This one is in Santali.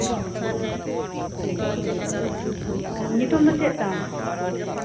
ᱚ ᱧᱩᱛᱩᱢ ᱫᱚ ᱪᱮᱫ ᱛᱟᱢ